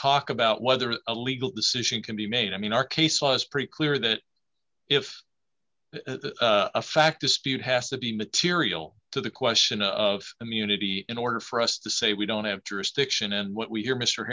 talk about whether a legal decision can be made i mean our case was pretty clear that if a fact dispute has to be material to the question of immunity in order for us to say we don't have jurisdiction and what we hear mr